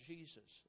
Jesus